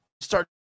Start